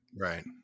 Right